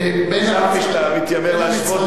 בין המצרים אנחנו,